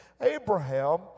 Abraham